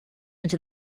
into